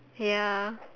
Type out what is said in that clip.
ya